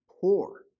poor